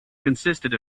consisted